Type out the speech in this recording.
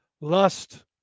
Lust